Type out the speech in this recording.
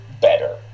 better